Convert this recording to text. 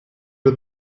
did